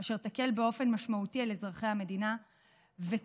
אשר תקל באופן משמעותי על אזרחי המדינה ותוביל